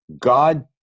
God